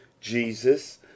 Jesus